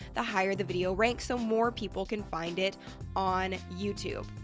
the higher the video ranks, so more people can find it on youtube.